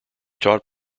taught